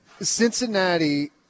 Cincinnati